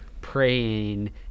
praying